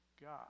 God